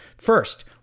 First